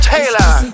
Taylor